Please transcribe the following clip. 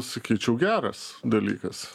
sakyčiau geras dalykas